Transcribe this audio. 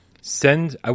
send –